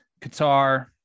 Qatar